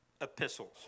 epistles